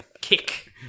Kick